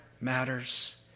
matters